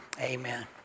amen